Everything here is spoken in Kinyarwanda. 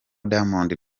diamond